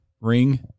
Ring